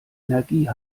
energie